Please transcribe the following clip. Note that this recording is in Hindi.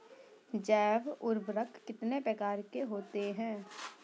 जैव उर्वरक कितनी प्रकार के होते हैं?